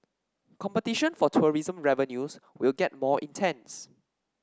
competition for tourism revenues will get more intense